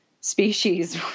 species